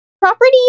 Property